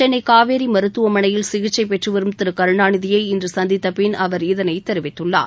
சென்னை காவேரி மருத்துவமனையில் சிகிச்சை பெற்று வரும் திரு கருணாநிதியை இன்று சந்தித்த பின் அவர் இதனைத் தெரிவித்துள்ளார்